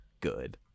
good